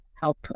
help